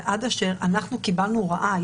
אנחנו קיבלנו הוראה,